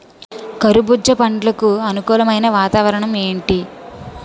కర్బుజ పండ్లకు అనుకూలమైన వాతావరణం ఏంటి?